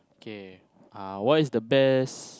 okay uh what is the best